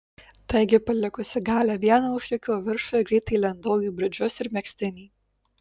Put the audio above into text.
taigi palikusi galią vieną užlėkiau į viršų ir greitai įlindau į bridžus ir megztinį